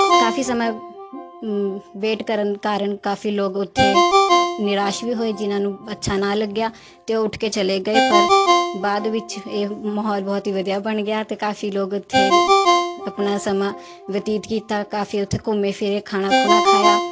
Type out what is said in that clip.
ਕਾਫ਼ੀ ਸਮਾਂ ਵੇਟ ਕਰਨ ਕਾਰਨ ਕਾਫ਼ੀ ਲੋਕ ਉੱਥੇ ਨਿਰਾਸ਼ ਵੀ ਹੋਏ ਜਿਨ੍ਹਾਂ ਨੂੰ ਅੱਛਾ ਨਾ ਲੱਗਿਆ ਅਤੇ ਉਹ ਉੱਠ ਕੇ ਚਲੇ ਗਏ ਪਰ ਬਾਅਦ ਵਿੱਚ ਇਹ ਮਾਹੌਲ ਬਹੁਤ ਹੀ ਵਧੀਆ ਬਣ ਗਿਆ ਅਤੇ ਕਾਫ਼ੀ ਲੋਕ ਉੱਥੇ ਆਪਣਾ ਸਮਾਂ ਬਤੀਤ ਕੀਤਾ ਕਾਫ਼ੀ ਉੱਥੇ ਘੁੰਮੇ ਫਿਰੇ ਖਾਣਾ ਖੁਣਾ ਖਾਇਆ